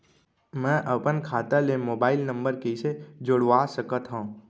मैं अपन खाता ले मोबाइल नम्बर कइसे जोड़वा सकत हव?